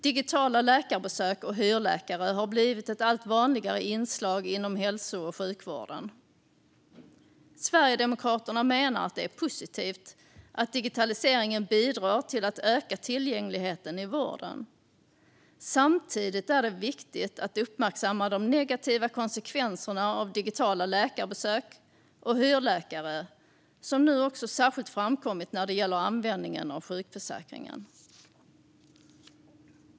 Digitala läkarbesök och hyrläkare har blivit ett allt vanligare inslag inom hälso och sjukvården. Sverigedemokraterna menar att det är positivt att digitaliseringen bidrar till att öka tillgängligheten i vården. Samtidigt är det viktigt att uppmärksamma de negativa konsekvenserna av digitala läkarbesök och hyrläkare, som nu också särskilt framkommit när det gäller användningen av sjukförsäkringen.